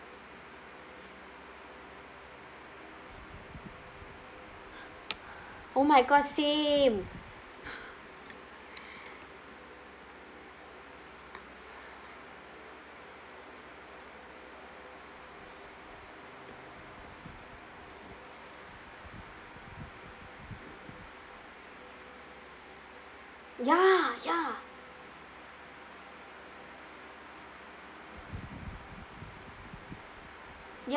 oh my god same ya ya ya